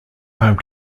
home